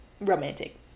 romantic